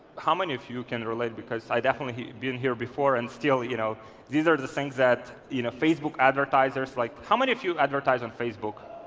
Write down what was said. how many of you can relate because i definitely been here before and still you know these are the things that you know facebook advertisers, like how many of you advertise on facebook?